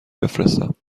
بفرستم